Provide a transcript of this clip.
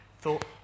thought